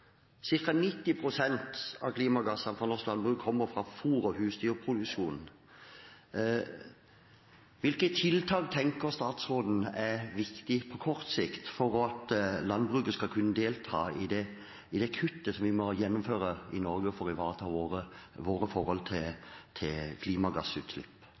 90 pst. av klimagassene fra norsk landbruk kommer fra fôr- og husdyrproduksjonen. Hvilke tiltak tenker statsråden er viktige på kort sikt for at landbruket skal kunne delta i det kuttet vi må gjennomføre i Norge for å ivareta våre forpliktelser med hensyn til klimagassutslipp?